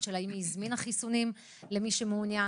של האם היא הזמינה חיסונים למי שמעוניין.